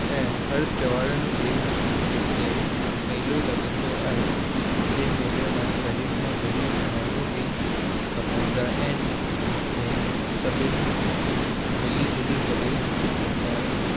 ऐं हरु त्योआरनि ते हिते मेलो लॻंदो आहे जें मेले मां ग़रीब मां गरीब माण्हूं भी कमाईंदा आहिनि ने सभीनि मिली झुली करे रहंदा आहिनि